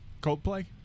Coldplay